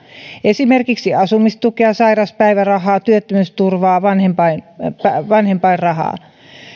esimerkiksi asumistukea sairauspäivärahaa työttömyysturvaa vanhempainrahaa vanhempainrahaa